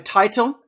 title